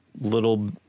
little